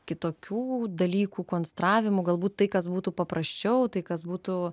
kitokių dalykų konstravimu galbūt tai kas būtų paprasčiau tai kas būtų